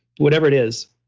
whatever it is,